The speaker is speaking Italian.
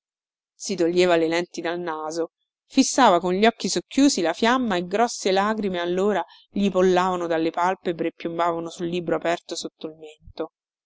si toglieva le lenti dal naso fissava con gli occhi socchiusi la fiamma e grosse lagrime allora gli pollavano dalle palpebre e piombavano sul libro aperto sotto il mento